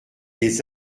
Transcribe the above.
des